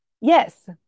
yes